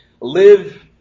live